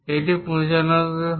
এটি 95 হয়